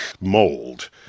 mold